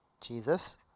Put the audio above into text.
Jesus